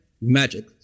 Magic